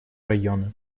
районы